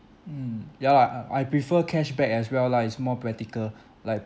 mm ya lah uh I prefer cash back as well lah it's more practical like